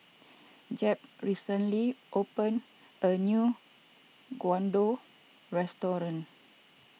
Jeb recently opened a new Gyudon restaurant